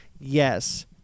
yes